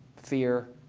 fear.